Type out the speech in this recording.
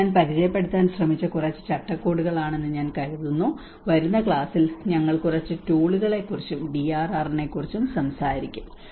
ഇത് ഞാൻ പരിചയപ്പെടുത്താൻ ശ്രമിച്ച കുറച്ച് ചട്ടക്കൂടുകളാണെന്ന് ഞാൻ കരുതുന്നു വരുന്ന ക്ലാസിൽ ഞങ്ങൾ കുറച്ച് ടൂളുകളെക്കുറിച്ചും DRR നെക്കുറിച്ചും സംസാരിക്കും